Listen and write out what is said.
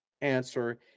answer